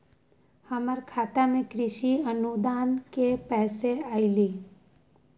हमर खाता में कृषि अनुदान के पैसा अलई?